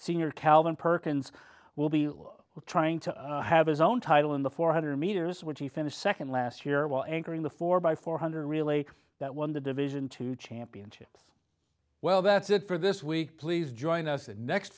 senior calvin perkins will be trying to have his own title in the four hundred metres which he finished second last year while anchoring the four by four hundred relay that won the division two championships well that's it for this week please join us next